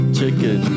chicken